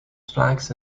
flags